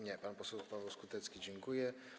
Nie, pan poseł Paweł Skutecki dziękuje.